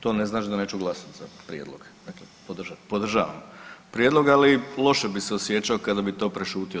To ne znači da neću glasati za prijedlog, dakle podržavam prijedlog ali loše bih se osjećao kada bi to prešutio.